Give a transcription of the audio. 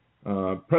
President